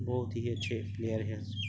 बहुत ही अच्छे प्लेयर हे अस